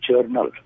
journal